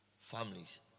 families